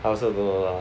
I also don't know lah